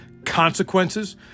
consequences